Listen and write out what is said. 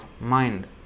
mind